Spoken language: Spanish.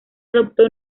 adoptó